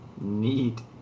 Neat